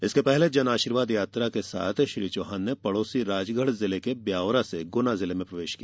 इसके पहले जन आशीर्वाद यात्रा के साथ श्री चौहान ने पड़ोसी राजगढ़ जिले के ब्यावरा से गुना जिले में प्रवेश किया